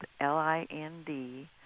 L-I-N-D